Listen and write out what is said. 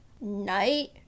night